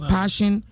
Passion